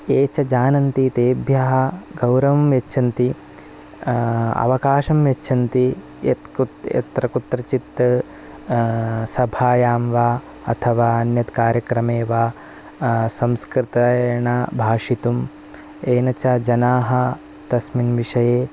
ये च जानन्ति तेभ्यः गौरवं यच्छन्ति अवकाशं यच्छन्ति यत् कुत् यत्र कुत्रचित् सभायां वा अथवा अन्यत्कार्यक्रमे वा संस्कृतेन भाषितुं येन च जनाः तस्मिन् विषये